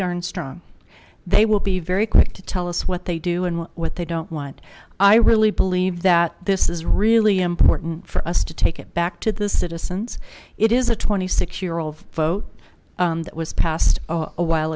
darn strong they will be very quick to tell us what they do and what they don't want i really believe that this is really important for us to take it back to the citizens it is a twenty six year old vote that was passed a while